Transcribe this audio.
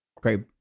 Great